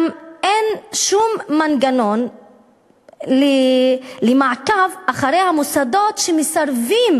גם אין שום מנגנון למעקב אחרי המוסדות שמסרבים